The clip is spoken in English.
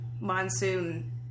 monsoon